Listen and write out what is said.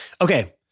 Okay